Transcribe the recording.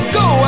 go